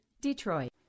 DETROIT